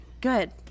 good